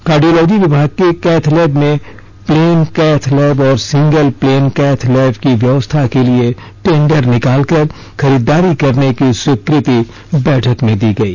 cardiology विभाग के cath lab में प्लेन कैथ लैब और सिंगल प्लेन कैथ लैब की व्यवस्था के लिए टेंडर निकाल कर खरीदारी करने की स्वीकृ ति बैठक में दी गई